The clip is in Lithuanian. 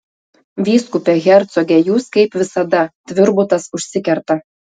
vyskupe hercoge jūs kaip visada tvirbutas užsikerta